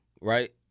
right